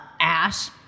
Ash